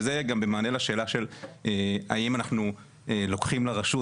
וזה גם במענה לשאלה האם אנחנו לוקחים לרשות,